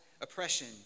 oppression